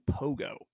Pogo